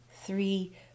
three